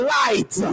light